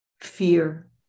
Fear